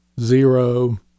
zero